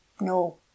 No